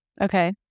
Okay